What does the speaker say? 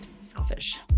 selfish